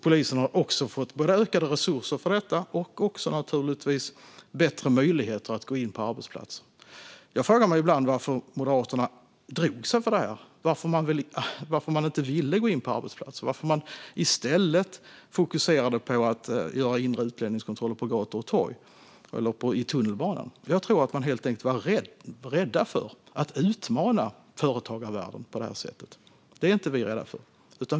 Polisen har fått både ökade resurser för det och bättre möjligheter att gå in på arbetsplatserna. Jag frågar mig ibland varför Moderaterna drog sig för att göra det, varför de inte ville gå in på arbetsplatser, varför de i stället fokuserade på att göra inre utlänningskontroller på gator och torg eller i tunnelbanan. Jag tror att de helt enkelt var rädda för att utmana företagarvärlden på det sättet. Det är vi inte rädda för.